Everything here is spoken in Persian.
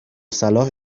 صلاح